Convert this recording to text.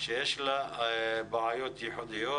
שיש לה בעיות ייחודיות.